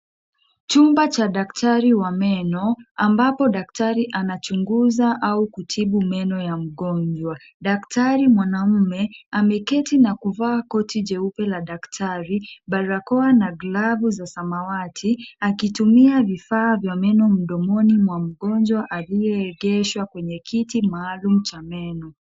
Chumba cha daktari wa meno, ambapo daktari anachunguza au kutibu meno ya mgonjwa. Daktari mwanaume, ameketi na kuvaa koti jeupe la daktari, barakoa na glavu za samawati, akitumia vifaa vya meno mdomoni mwa mgonjwa aliyeegeshwa kwenye kiti maalum cha meno.